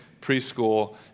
preschool